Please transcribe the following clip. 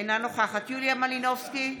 אינה נוכחת יוליה מלינובסקי קונין,